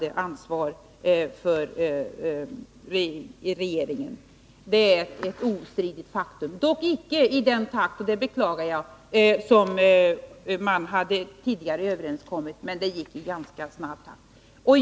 Den byggdes dock icke ut i den takt som man tidigare hade kommit överens om — och det beklagar jag — men utbyggnaden skedde i ganska snabb takt.